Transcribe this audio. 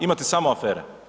Imate samo afere.